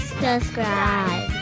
subscribe